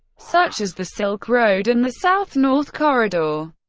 such as the silk road and the south-north corridor,